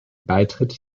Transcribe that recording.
beitritt